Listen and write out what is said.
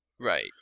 right